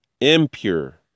impure